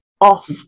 off